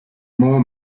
more